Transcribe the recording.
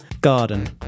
garden